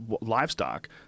livestock